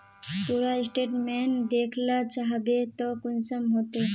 पूरा स्टेटमेंट देखला चाहबे तो कुंसम होते?